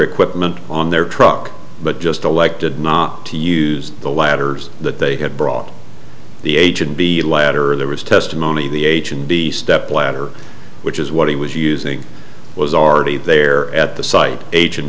equipment on their truck but just elected not to use the ladders that they had brought the agent the latter there was testimony the agent the stepladder which is what he was using was already there at the site ag